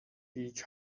peach